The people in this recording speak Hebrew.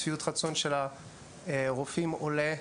שביעות הרצון של הרופאים עולה.